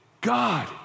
God